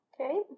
Okay